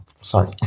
Sorry